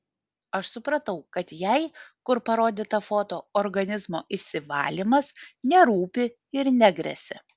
aš supratau kad jai kur parodyta foto organizmo išsivalymas nerūpi ir negresia